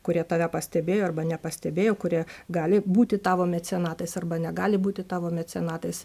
kurie tave pastebėjo arba nepastebėjo kurie gali būti tavo mecenatais arba negali būti tavo mecenatais